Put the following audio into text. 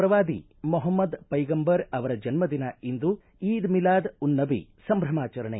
ಪ್ರವಾದಿ ಮೊಹಮ್ನದ್ ಪೈಗಂಬರ್ ಅವರ ಜನ್ನ ದಿನ ಇಂದು ಈದ್ ಮಿಲಾದ್ ಉನ್ ನಬಿ ಸಂಭ್ರಮಾಚರಣೆ